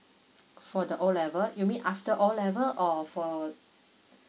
for the O level you mean after all level or for